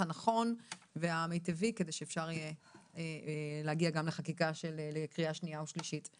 הנכון והמיטבי כדי שאפשר יהיה להגיע גם לחקיקה לקריאה שנייה ושלישית.